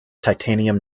titanium